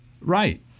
Right